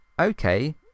Okay